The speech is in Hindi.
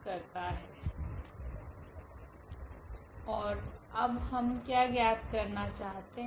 ओर अब हम क्या ज्ञात करना चाहते है